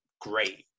great